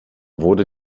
wurde